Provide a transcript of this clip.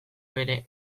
bere